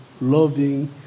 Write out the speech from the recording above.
loving